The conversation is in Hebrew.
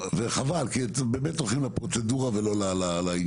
וחבל, כי אתם באמת הולכים לפרוצדורה ולא לעניין.